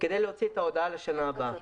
כדי להוציא את ההודעה לשנה הבאה.